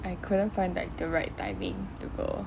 I couldn't find like the right timing to go